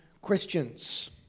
questions